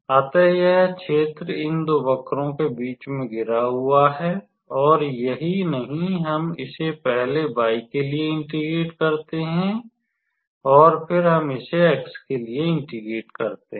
अतः यह क्षेत्र इन दो वक्रों के बीच में घिरा हुआ है और यही नहीं हम इसे पहले y के लिए इंटीग्रेट करते हैं और फिर हम इसे x के लिए इंटीग्रेट करते हैं